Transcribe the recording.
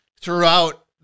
throughout